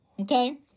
okay